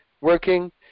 Working